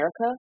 America